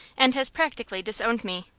and has practically disowned me.